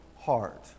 heart